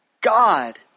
God